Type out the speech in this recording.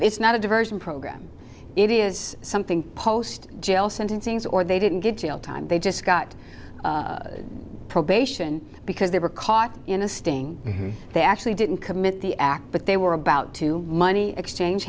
it's not a diversion program it is something post jail sentences or they didn't time they just got probation because they were caught in a sting they actually didn't commit the act but they were about to money exchange